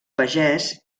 pagès